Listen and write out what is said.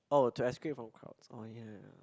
oh to escape from crowds oh ya ya ya